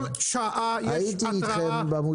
כל שעה יש התראה,